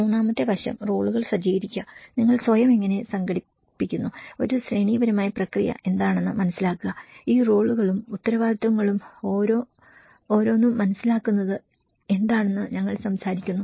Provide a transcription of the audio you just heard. മൂന്നാമത്തെ വശം റോളുകൾ സജ്ജീകരിക്കുക നിങ്ങൾ സ്വയം എങ്ങനെ സംഘടിപ്പിക്കുന്നു ഒരു ശ്രേണിപരമായ പ്രക്രിയ എന്താണെന്ന് മനസിലാക്കുക ഈ റോളുകളും ഉത്തരവാദിത്തങ്ങളും ഓരോന്നും മനസ്സിലാക്കുന്നത് എന്താണെന്ന് ഞങ്ങൾ സംസാരിക്കുന്നു